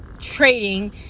trading